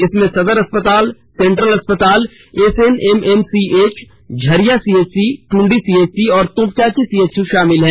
इसमें सदर अस्पताल सेंट्रल अस्पताल SNMMCH Jharia CHC Tundi CHC और तोपचांची सीएससी शामिल है